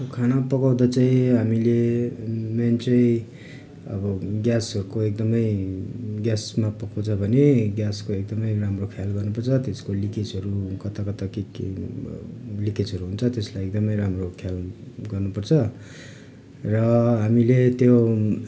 खाना पकाउँदा चाहिँ हामीले मेन चाहिँ अब ग्यासहरूको एकदमै ग्यासमा पकाउछ भने ग्यासको एकदमै राम्रो ख्याल गर्नुपर्छ त्यसको लिकेजहरू कताकता के के लिकेजहरू हुन्छ त्यसलाई एकदमै राम्रो ख्याल गर्नुपर्छ र हामीले त्यो